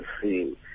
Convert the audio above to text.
see